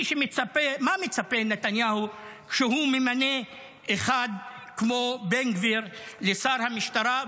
מה מצפה נתניהו כשהוא ממנה אחד כמו בן גביר לשר המשטרה,